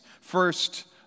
First